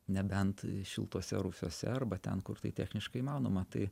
nebent šiltuose rūsiuose arba ten kur tai techniškai įmanoma tai